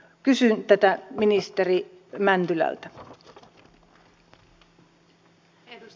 kysyn tätä ministeri mäntylältä